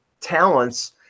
talents